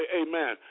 amen